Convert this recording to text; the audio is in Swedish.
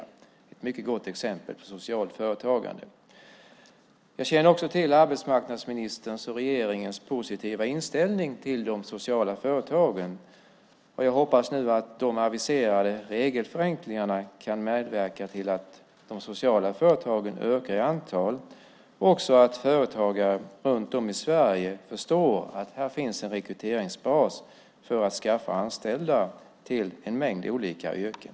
Det är ett mycket gott exempel på socialt företagande. Jag känner till arbetsmarknadsministerns och regeringens positiva inställning till de sociala företagen. Jag hoppas att de aviserade regelförenklingarna kan medverka till att de sociala företagen ökar i antal och också att företagare runt om i Sverige förstår att här finns en rekryteringsbas för att skaffa anställda till en mängd olika yrken.